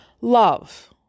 Love